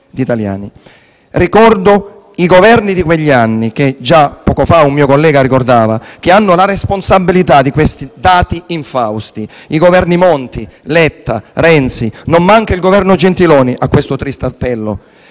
Ricordo i Governi di quegli anni, che già poco fa un mio collega ricordava, che hanno la responsabilità di questi dati infausti: i Governi Monti, Letta, Renzi. Non manca il Governo Gentiloni Silveri a questo triste appello.